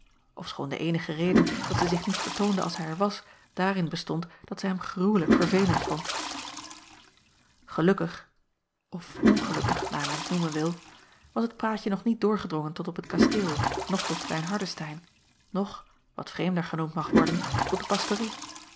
ofschoon de eenige reden dat zij zich niet vertoonde als hij er was daarin bestond dat zij hem gruwelijk verveelend vond elukkig of ongelukkig naar men t noemen wil was het praatje nog niet doorgedrongen tot op het kasteel noch tot lein ardestein noch wat vreemder genoemd mag worden tot de pastorie